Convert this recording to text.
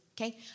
okay